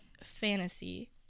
fantasy